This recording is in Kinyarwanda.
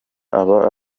aba